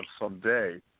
someday